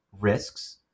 risks